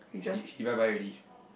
he he bye bye already